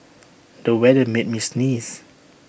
the weather made me sneeze